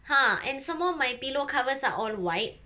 ha and some more my pillow covers are all white